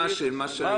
דוגמה.